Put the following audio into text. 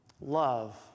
love